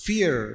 Fear